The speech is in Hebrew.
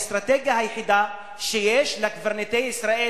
האסטרטגיה היחידה שיש לקברניטי ישראל